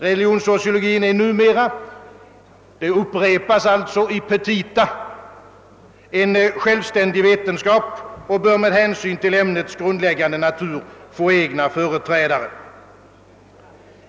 Religionssociologin är numera — det upprepas sålunda i årets petita — en självständig vetenskap och bör med hänsyn till ämnets grundläggande natur få egna företrädare.